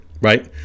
right